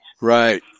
Right